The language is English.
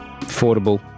Affordable